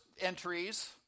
entries